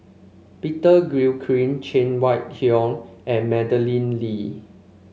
Peter Gilchrist Cheng Wai Keung and Madeleine Lee